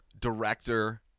director